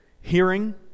Hearing